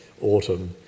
autumn